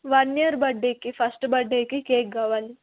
one year బర్త్డేకి first బర్త్డేకి cake కావాలి